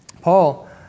Paul